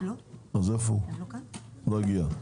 לא הגיע.